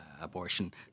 abortion